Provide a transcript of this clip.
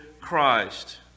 Christ